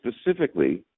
specifically